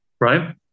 Right